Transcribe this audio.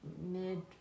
mid